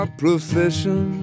profession